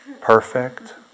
perfect